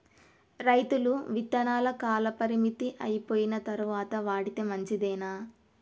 రైతులు విత్తనాల కాలపరిమితి అయిపోయిన తరువాత వాడితే మంచిదేనా?